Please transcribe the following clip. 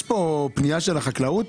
יש כאן פנייה של החקלאות?